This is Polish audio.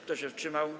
Kto się wstrzymał?